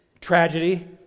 tragedy